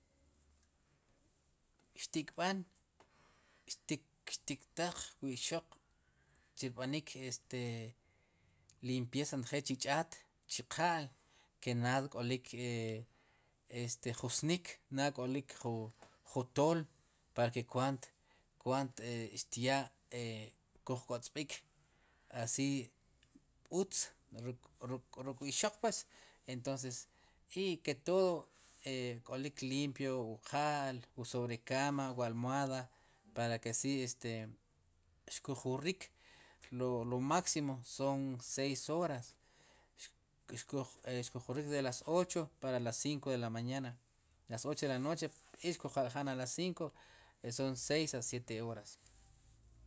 Ixtikb'an ixtiktaq wu ixoq chu rb'anik este limpieza njel chu ch'aat chu qa'l ke naad k'olik e este ju snik naad k'olik jun jun tool para ke kuant kuant xtyaa e kuj kotz'b'ik asi utz ruk' ruk ruk'ixoq pwes entonces i ke todo k'olik limpio wu qa'l wu sobre cama wu almohada para ke si este xkuj wrik lo máximo son seis horas xkuj xkuj wrik desde las ocho para las cinco de la mañana, a las ocho de la noche i kuj wa'ljan a las cinco son seis a siete horas.